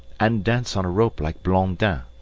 and dance on a rope like blondin.